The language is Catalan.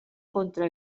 contra